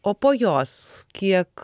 o po jos kiek